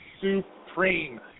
Supreme